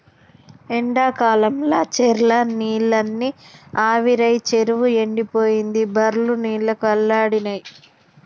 ఎండాకాలంల చెర్ల నీళ్లన్నీ ఆవిరై చెరువు ఎండిపోయింది బర్లు నీళ్లకు అల్లాడినై